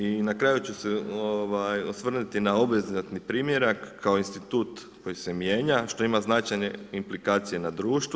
I na kraju ću se osvrnuti na obvezatni primjerak kao institut koji se mijenja, što ima značajne implikacije u društvu.